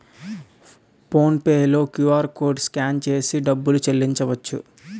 phone pay లో QR code scan చేసి డబ్బులు చెల్లించవచ్చు